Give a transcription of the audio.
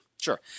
Sure